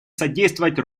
содействовать